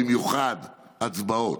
ובמיוחד הצבעות.